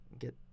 get